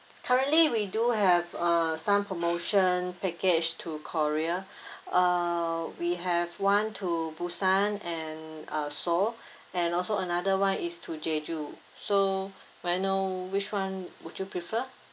currently we do have uh some promotion package to korea uh we have one to busan and uh seoul and also another one is to jeju so may I know which one would you prefer